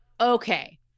okay